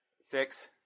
Six